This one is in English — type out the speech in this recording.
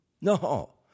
No